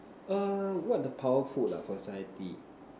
err what the powerful ah society